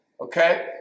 okay